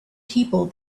people